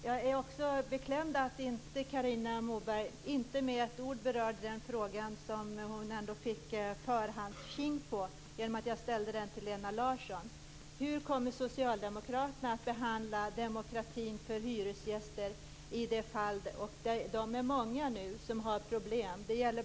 Jag är beklämd över att Carina Moberg inte med ett ord berörde den fråga som hon ändå fått höra i förväg genom att jag ställde den till Lena Larsson: Hur kommer socialdemokraterna att behandla demokratin för hyresgäster i de nu många fall där det finns problem?